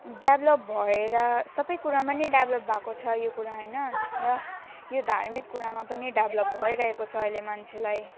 develop भएर सब कुरामा नै डेभ्लप भएको छ यो कुरा होइन र यो धार्मिक कुरामा पनि डेभ्लप भइरहेको छ अहिले मान्छेलाई